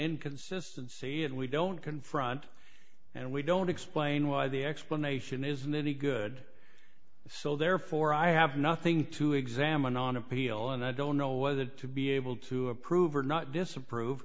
inconsistency and we don't confront and we don't explain why the explanation isn't any good so therefore i have nothing to examine on appeal and i don't know whether to be able to approve or not disapprove